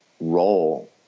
role